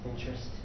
interest